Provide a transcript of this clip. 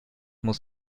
muss